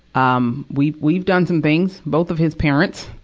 um we, we've done some things, both of his parents